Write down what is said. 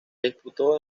disputó